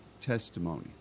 testimony